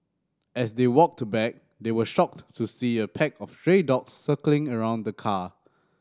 as they walked back they were shocked to see a pack of stray dogs circling around the car